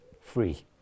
free